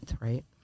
right